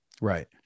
Right